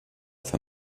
für